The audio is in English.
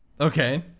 Okay